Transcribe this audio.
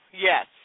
Yes